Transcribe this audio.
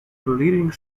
pleading